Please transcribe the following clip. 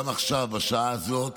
גם עכשיו, בשעה הזאת,